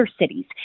cities